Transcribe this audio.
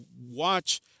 watch